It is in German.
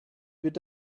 wird